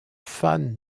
fan